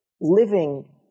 living